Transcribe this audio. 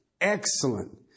excellent